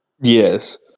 Yes